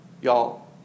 Y'all